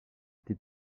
été